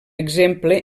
exemple